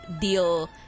deal